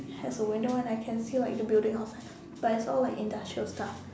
has a window and I can see like the building all that but it's all like industrial stuff